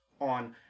on